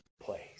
place